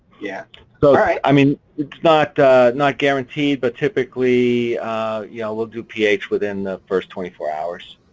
yeah, so alright. i mean it's not not guaranteed but typically yeah we'll do ph within the first twenty four hours.